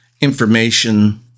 information